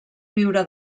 viure